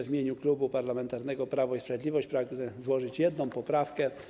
W imieniu Klubu Parlamentarnego Prawo i Sprawiedliwość pragnę złożyć jedną poprawkę.